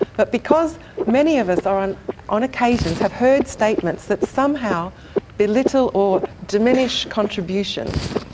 but because many of us on on occasions have heard statements that somehow belittle or diminish contributions,